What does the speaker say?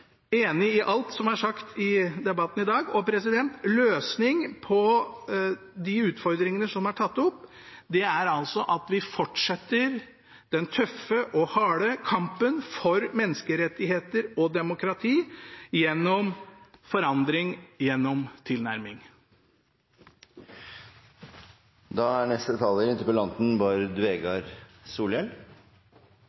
utfordringene som er tatt opp, er at vi fortsetter den tøffe og harde kampen for menneskerettigheter og demokrati gjennom forandring gjennom